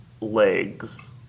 legs